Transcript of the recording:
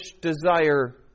desire